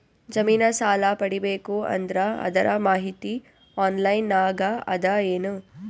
ಜಮಿನ ಸಾಲಾ ಪಡಿಬೇಕು ಅಂದ್ರ ಅದರ ಮಾಹಿತಿ ಆನ್ಲೈನ್ ನಾಗ ಅದ ಏನು?